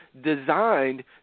designed